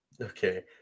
Okay